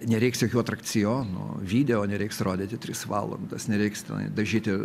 nereiks jokių atrakcionų video nereiks rodyti tris valandas nereiks tenai dažyti